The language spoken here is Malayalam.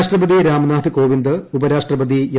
രാഷ്ട്രപതി രാംനാഥ് കോവിന്ദ് ഉപ്പ്രാഷ്ട്രപതി എം